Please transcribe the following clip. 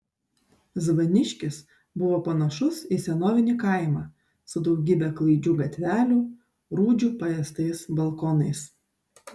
zvaniškis buvo panašus į senovinį kaimą su daugybe klaidžių gatvelių rūdžių paėstais balkonais